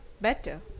better